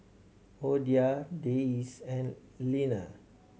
Oda Dayse and Leaner